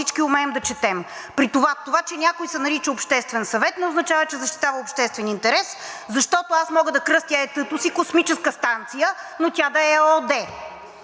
това, че някой се нарича Обществен съвет не означава, че защитава обществен интерес, защото мога да кръстя ЕТ то си космическа станция, но тя да е ООД.